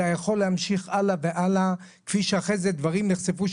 זה היה יכול להמשיך הלאה והלאה כפי שאחרי זה דברים נחשפו,